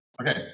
Okay